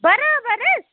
برابر حظ